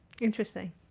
Interesting